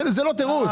זה לא תירוץ.